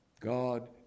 God